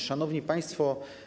Szanowni Państwo!